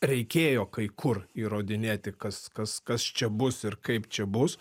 reikėjo kai kur įrodinėti kas kas kas čia bus ir kaip čia bus